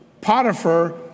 Potiphar